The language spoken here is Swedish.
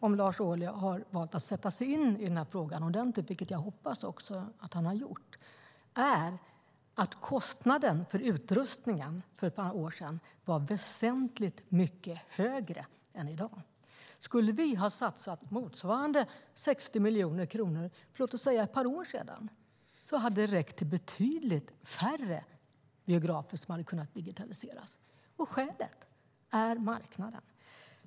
Om Lars Ohly har satt sig in ordentligt i denna fråga, vilket jag hoppas, vet han att kostnaden för utrustningen var väsentligt högre för ett par år sedan än den är i dag. Skulle vi ha satsat 60 miljoner kronor för ett par år sedan hade betydligt färre biografer kunnat digitaliseras. Skälet är marknaden.